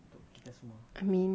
I mean shiok lor